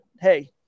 hey